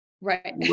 Right